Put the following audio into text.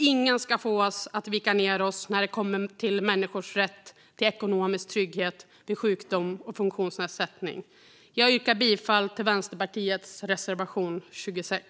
Ingen ska få oss att vika ned oss när det kommer till människors rätt till ekonomisk trygghet vid sjukdom och funktionsnedsättning. Jag yrkar bifall till Vänsterpartiets reservation 26.